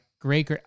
great